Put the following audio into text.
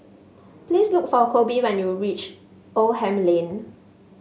please look for Coby when you reach Oldham Lane